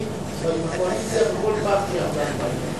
אני בקואליציה בכל פעם שארדן בקואליציה.